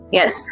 yes